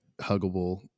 huggable